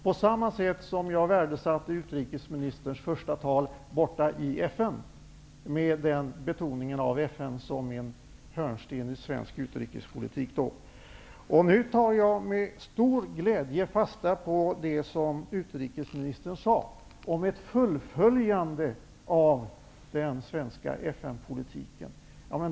På samma sätt värdesätter jag utrikesministerns första tal i FN, där det betonades att FN är en hörnsten i Sveriges utrikespolitik. Jag tar nu med stor glädje fasta på det som utrikesministern sade om ett fullföljande av den svenska FN-politiken.